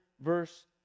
verse